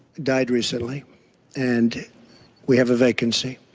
died recently and we have a vacancy.